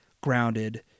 grounded